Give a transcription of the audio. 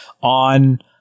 on